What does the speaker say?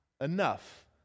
enough